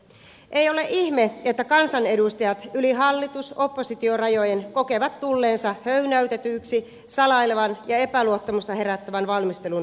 ei ole ihme että kansanedustajat yli hallitusoppositio rajojen kokevat tulleensa höynäytetyiksi salailevan ja epäluottamusta herättävän valmistelun vuoksi